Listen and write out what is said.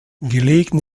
gelegen